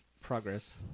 Progress